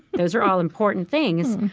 those are all important things,